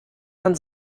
man